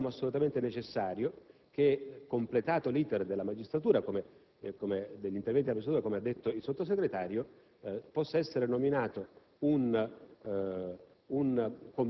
Infine, troviamo assolutamente necessario che, completato l'*iter* degli interventi della magistratura, come ha detto il Sottosegretario, possa essere nominato un